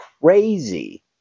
crazy